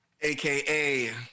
AKA